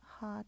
hot